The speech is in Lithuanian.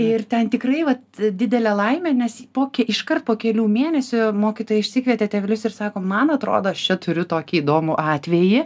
ir ten tikrai vat didelė laimė nes po iškart po kelių mėnesių mokytoja išsikvietė tėvelius ir sako man atrodo aš čia turiu tokį įdomų atvejį